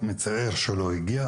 אני מצטער שהוא לא הגיע,